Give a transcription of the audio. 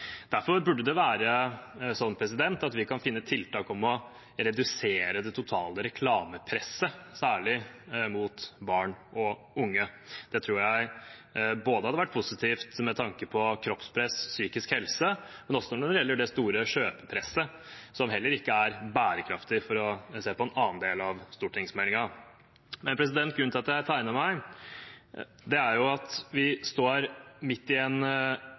Derfor burde vi kunne finne tiltak for å redusere det totale reklamepresset, særlig mot barn og unge. Det tror jeg hadde vært positivt både med tanke på kroppspress og psykisk helse, og også når det gjelder det store kjøpepresset, som heller ikke er bærekraftig, for å se på en annen del av stortingsmeldingen. Grunnen til at jeg tegnet meg, er at vi står midt